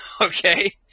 Okay